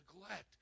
neglect